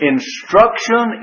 Instruction